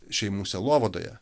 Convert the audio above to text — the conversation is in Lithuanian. šeimų sielovadoje